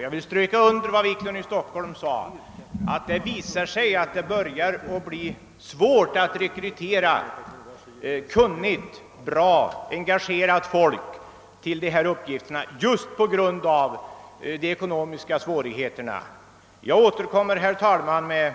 Jag vill stryka under vad herr Wiklund i Stockholm sade, att det visar sig att det börjar bli svårt att rekrytera kunnigt, bra och engagerat folk till dessa uppgifter just på grund av de ekonomiska svårigheterna. Jag återkommer, herr talman, med